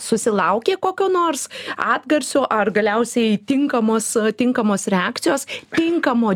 susilaukė kokio nors atgarsio ar galiausiai tinkamos tinkamos reakcijos tinkamo